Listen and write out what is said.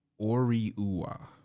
Oriua